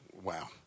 Wow